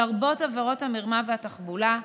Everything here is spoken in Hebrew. לרבות עבירת המרמה והתחבולה,